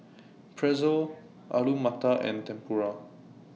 Pretzel Alu Matar and Tempura